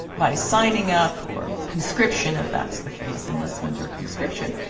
by signing up, or conscription if that's the case, enlistment or conscription,